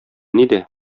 нидә